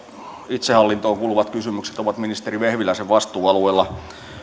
itsehallintoon kuuluvat kysymykset ovat ministeri vehviläisen vastuualueella